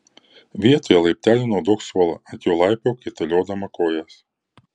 vietoje laiptelių naudok suolą ant jo laipiok kaitaliodama kojas